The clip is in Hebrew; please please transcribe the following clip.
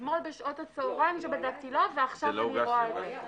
אתמול בשעות הצהריים כשבדקתי זה לא היה ועכשיו אני רואה את זה.